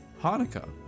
Hanukkah